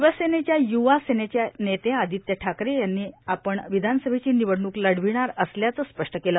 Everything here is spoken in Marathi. शिवसेनेच्या युवासेनेचे नेते आदित्य ठाकरे यांनी आपण विधानसभेची निवडणूक लढविणार असल्याचं स्पष्ट केलं